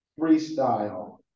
freestyle